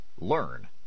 Learn